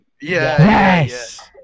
Yes